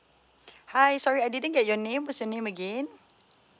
hi sorry I didn't get your name what's your name again